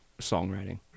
songwriting